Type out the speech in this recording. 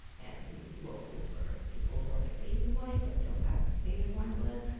and we use locals for people born and raised in hawaii, but don't have native hawaiian blood.